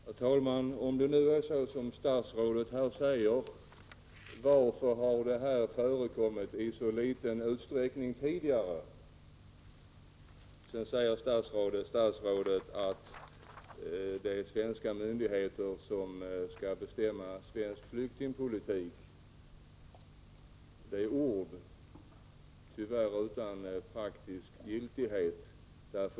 Herr talman! Om det nu är så som statsrådet säger här måste jag fråga varför detta har förekommit i så liten utsträckning tidigare. Statsrådet säger att det är svenska myndigheter som skall bestämma svensk flyktingpolitik. Det är ord — tyvärr utan praktisk giltighet.